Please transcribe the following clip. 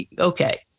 okay